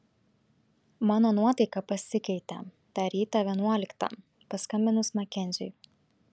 mano nuotaika pasikeitė tą rytą vienuoliktą paskambinus makenziui